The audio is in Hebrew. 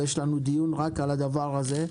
ויש לנו דיון רק על הדבר הזה.